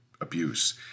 abuse